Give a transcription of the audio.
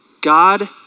God